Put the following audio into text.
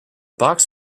box